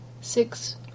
Six